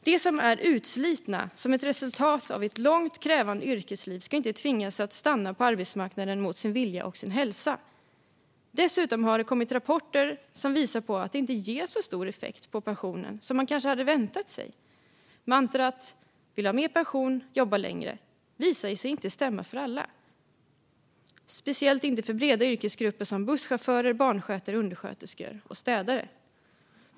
De som är utslitna som ett resultat av ett långt och krävande yrkesliv ska inte tvingas att stanna på arbetsmarknaden mot sin vilja och sin hälsa. Dessutom har det kommit rapporter som visar att det inte ger så stor effekt på pensionen som man kanske hade väntat sig. Mantrat "jobba längre, mer pension" visar sig inte stämma för alla, speciellt inte för breda yrkesgrupper som busschaufförer, barnskötare, undersköterskor och städare.